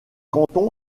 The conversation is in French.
canton